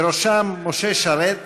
ובראשם משה שרת,